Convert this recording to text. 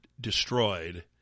destroyed